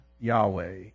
Yahweh